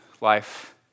life